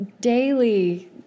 daily